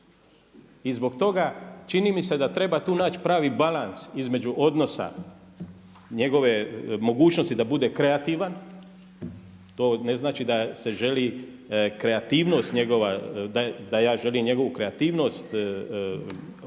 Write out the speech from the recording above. I zbog toga čini mi se da tu treba naći pravi balans između odnosa njegove mogućnosti da bude kreativan, to ne znači da se želi kreativnost njegova,